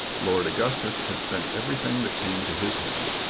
lord augustus had spent everything that came to his hand,